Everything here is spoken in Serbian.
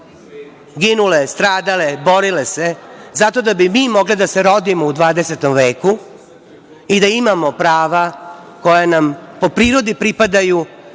ginule, stradale, borile se zato da bi mi mogle da se rodimo u 20. veku i da imamo prava koja nam po prirodi pripadaju,